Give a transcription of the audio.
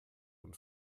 und